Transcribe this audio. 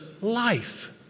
life